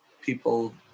people